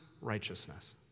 righteousness